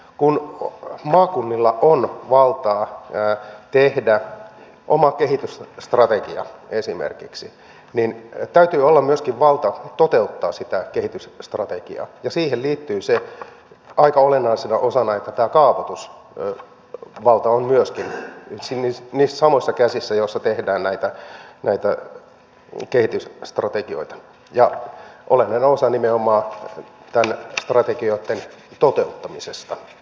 kun maakunnilla on valtaa tehdä oma kehitysstrategia esimerkiksi niin täytyy olla myöskin valta toteuttaa sitä kehitysstrategiaa ja siihen liittyy aika olennaisena osana se että myöskin tämä kaavoitusvalta on niissä samoissa käsissä joissa tehdään näitä kehitysstrategioita ja olennainen osa nimenomaan näiden strategioitten toteuttamisesta